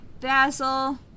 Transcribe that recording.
Basil